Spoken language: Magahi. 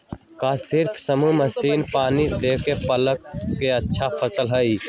का सिर्फ सप्रे मशीन से पानी देके पालक के अच्छा फसल होई?